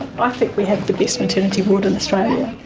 i think we have the best maternity ward in australia.